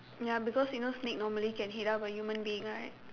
ya because you know snake normally can eat up a human being right